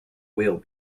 will